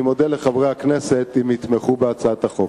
אני אודה לחברי הכנסת אם יתמכו בהצעת החוק.